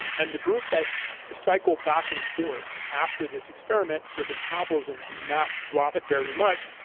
and and the group that cycled back and forth after this experiment, their metabolism had not dropped very much.